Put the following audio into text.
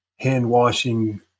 hand-washing